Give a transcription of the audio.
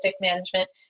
management